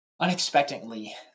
unexpectedly